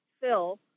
Phil